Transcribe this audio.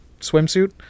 swimsuit